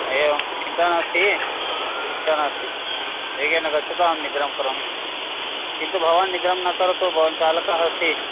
हा एवं चिन्ता नास्ति चिन्ता नास्ति हा वेगेन गच्छतु अहं निद्रां करोमि किन्तु भवान् निद्रां न करोतु भवान् चालकः अस्ति